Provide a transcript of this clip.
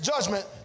judgment